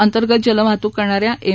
अंतर्गत जलवाहतूक करणाऱ्या एम